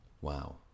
wow